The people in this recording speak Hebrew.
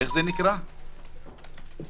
כל עם ישראל הולך